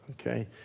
Okay